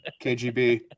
KGB